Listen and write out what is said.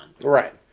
Right